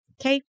okay